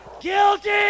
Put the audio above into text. Guilty